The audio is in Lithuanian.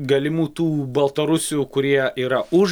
galimų tų baltarusių kurie yra už